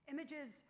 Images